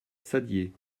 saddier